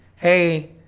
hey